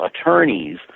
attorneys